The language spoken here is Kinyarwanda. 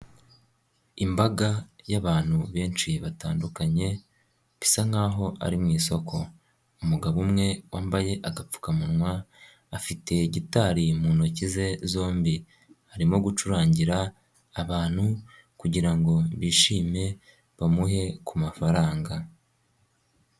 Imbaga y'abantu benshi batandukanye bisa nk'aho ari mu isoko, umugabo umwe wambaye agapfukamunwa afite gitari mu ntoki ze zombi arimo gucurangira abantu kugira ngo bishime bamuhe kumafaranga.